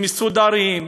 והם מסודרים,